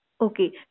Okay